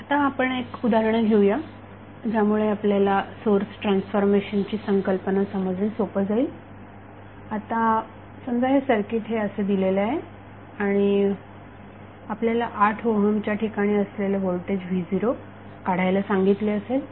आता आपण एक उदाहरण घेऊया ज्यामुळे आपल्याला सोर्स ट्रान्सफॉर्मेशनची संकल्पना समजणे सोपे जाईल आता समजा हे सर्किट असे दिलेले आहे आणि आपल्याला 8 ओहमच्या ठिकाणी असलेले व्होल्टेज v0काढायला सांगितले असेल